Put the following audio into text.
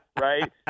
right